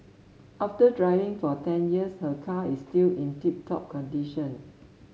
after driving for ten years her car is still in tip top condition